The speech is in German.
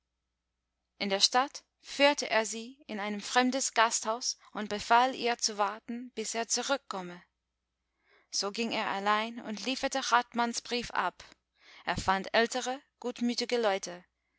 in der stadt führte er sie in ein fremdes gasthaus und befahl ihr zu warten bis er zurückkomme so ging er allein und lieferte hartmanns brief ab er fand ältere gutmütige leute